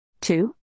Two